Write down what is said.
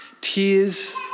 tears